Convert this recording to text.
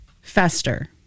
fester